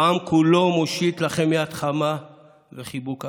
העם כולו מושיט לכם יד חמה וחיבוק אמיץ.